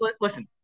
listen